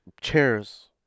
chairs